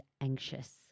anxious